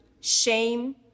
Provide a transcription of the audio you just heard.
shame